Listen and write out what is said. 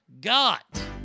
got